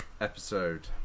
episode